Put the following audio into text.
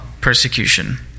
persecution